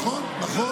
נכון.